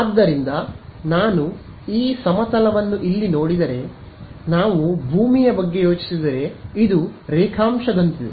ಆದ್ದರಿಂದ ನಾನು ಈ ಸಮತಲವನ್ನು ಇಲ್ಲಿ ನೋಡಿದರೆ ನಾವು ಭೂಮಿಯ ಬಗ್ಗೆ ಯೋಚಿಸಿದರೆ ಇದು ರೇಖಾಂಶದಂತಿದೆ